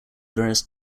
various